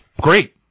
Great